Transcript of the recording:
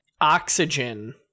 oxygen